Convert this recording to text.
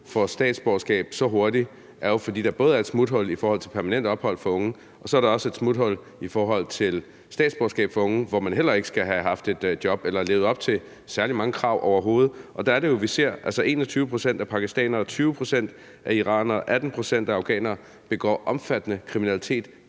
får statsborgerskab så hurtigt, er, at der både er et smuthul i forhold til permanent ophold for unge, og så er der også et smuthul i forhold til statsborgerskab for unge, hvor man heller ikke skal have haft et job eller levet op til særlig mange krav overhovedet. Og der er det jo, vi ser, at 21 pct. pakistanere, 20 pct. iranere, 18 pct. afghanere begår omfattende kriminalitet,